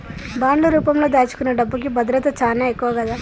బాండ్లు రూపంలో దాచుకునే డబ్బుకి భద్రత చానా ఎక్కువ గదా